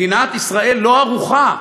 מדינת ישראל לא ערוכה.